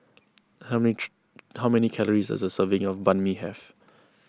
how how many calories does a serving of Banh Mi have